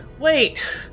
Wait